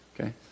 Okay